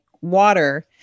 water